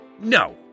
No